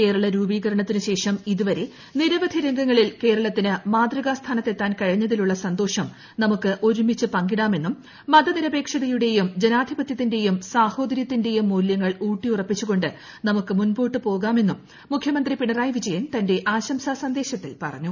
കേരളരൂപീകരണത്തിനു ശേഷം ഇതുവരെ നിരവധി രംഗങ്ങളിൽ കേരളത്തിന് മാതൃകാസ്ഥാനത്തെത്താൻ കഴിഞ്ഞതിലുള്ള സന്തോഷം നമുക്ക് ഒരുമിച്ചു പങ്കിടാമെന്നും മതനിരപേക്ഷതയുടെയും ജനാധിപതൃത്തിൻറെയും സാഹോദരൃത്തിൻറെയും മൂല്യങ്ങൾ ഊട്ടിയുറപ്പിച്ചുകൊണ്ട് നമുക്ക് മുമ്പോട്ടുപോകാമെന്നും മുഖ്യമന്ത്രി പിണറായി വിജയൻ തന്റെ ആശംസാ സന്ദേശത്തിൽ പറഞ്ഞു